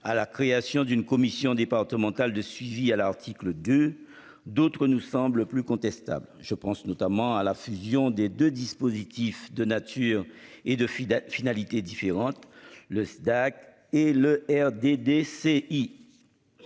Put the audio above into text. à la création d'une commission départementale de suivi à l'article de d'autres nous semblent plus contestable. Je pense notamment à la fusion des 2 dispositifs de nature et de fidèles finalités différentes, le SIDA et le R D.